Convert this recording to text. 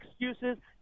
excuses